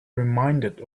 reminded